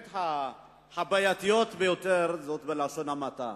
הבעייתיות ביותר, בלשון המעטה.